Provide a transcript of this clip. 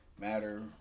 matter